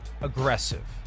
aggressive